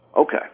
Okay